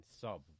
sub